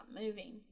moving